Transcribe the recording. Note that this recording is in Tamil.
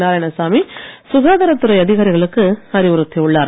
நாராயணசாமி சுகாதாரத் துறை அதிகாரிகளுக்கு அறிவுறுத்தி உள்ளார்